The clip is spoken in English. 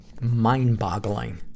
mind-boggling